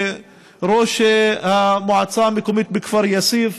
ראש המועצה המקומית בכפר יאסיף,